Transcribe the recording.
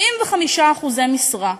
75% משרה.